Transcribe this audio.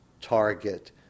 Target